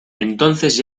entonces